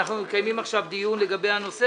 אנחנו מקיימים עכשיו דיון לגבי הנושא,